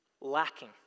Lacking